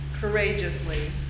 courageously